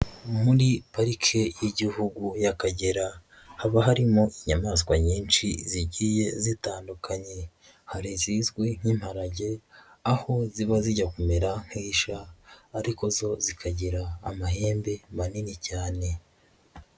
Muri parike y'igihugu y'Akagera, haba harimo inyamaswa nyinshi zigiye zitandukanye. Hari izizwi nk'imparage, aho ziba zijya kumera nk'isha ariko zo zikagira amahembe manini cyane.